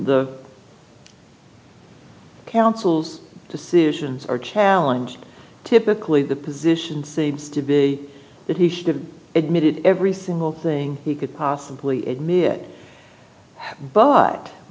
the council's decisions are challenge typically the position seems to be that he should have admitted every single thing he could possibly admit but